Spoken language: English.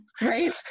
Right